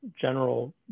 general